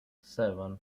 seven